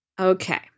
Okay